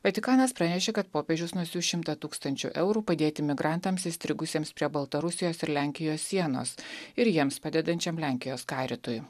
vatikanas pranešė kad popiežius nusiųs šimtą tūkstančių eurų padėti migrantams įstrigusiems prie baltarusijos ir lenkijos sienos ir jiems padedančiam lenkijos karitui